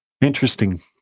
Interesting